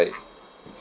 like